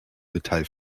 metall